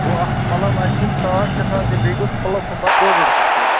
گوٚو اَکھ چھِ مطلب اَسہِ چھِ یِم ساڑ شےٚ ساس دِنۍ بیٚیہِ گوژھ پٕلَس ہُم پَتہٕ ڈۄڑ ڈۄڑ ہَتھ تیٚلہِ